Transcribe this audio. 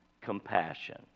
compassion